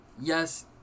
yes